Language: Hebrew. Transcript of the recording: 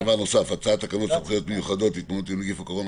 דבר נוסף: הצעת תקנות סמכויות מיוחדות להתמודדות עם נגיף הקורונה